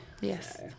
Yes